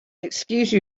excuse